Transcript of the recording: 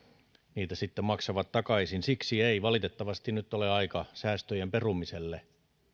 niitä sitten maksavat takaisin siksi ei valitettavasti nyt ole aika säästöjen perumiselle